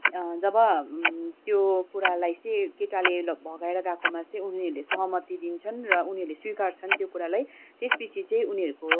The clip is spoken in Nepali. जब त्यो कुरालाई चाहिँ केटा भगाएर गएकोमा चाहिँ उनीहरूले सहमति दिन्छन् र उनीहरूले स्विकार्छन् त्यो कुरालाई त्यसपछि चाहिँ उनीहरूको